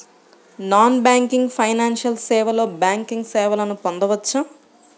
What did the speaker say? Non banking financial సేవలో banking సేవలను పొందవచ్చా?